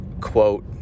quote